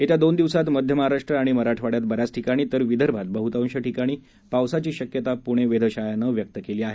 येत्या दोन दिवसांत मध्य महाराष्ट्र आणि मराठवाड्यात ब याच ठिकाणी तर विदर्भात बहुतांश ठिकाणी पावसाची शक्यता पुणे वेधशाळेनं व्यक्त केली आहे